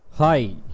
Hi